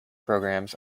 programs